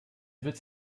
witz